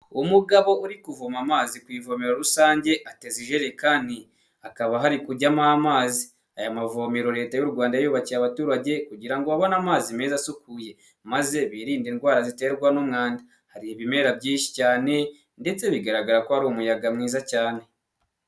Umugabo uri kuvoma amazi ku ivomera rusange ateza ijerekani, hakaba hari kujyamo amazi, aya mavomero leta y'u Rwanda yayubakiye abaturage kugirango babone amazi meza asukuye maze biririnde indwara ziterwa n'umwanda, hari ibimera byinshi cyane ndetse bigaragara ko ari umuyaga mwiza cyane.